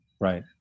Right